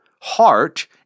Heart